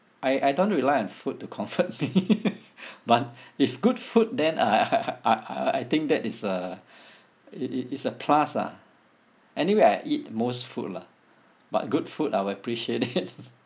I I don't rely on food to comfort me but if good food then I I I think that is a it it it's a plus ah anyway I eat most food lah but good food I will appreciate it